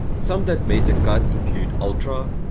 some that made the cut include ultra,